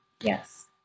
yes